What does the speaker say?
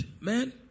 man